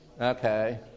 Okay